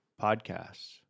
podcasts